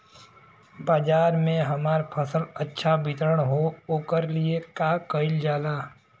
बाजार में हमार फसल अच्छा वितरण हो ओकर लिए का कइलजाला?